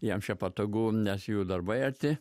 jam čia patogu nes jų darbai arti